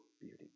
beauty